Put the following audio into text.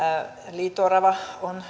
liito orava on